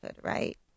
right